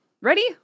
Ready